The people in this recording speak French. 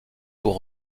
pour